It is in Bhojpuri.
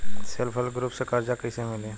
सेल्फ हेल्प ग्रुप से कर्जा कईसे मिली?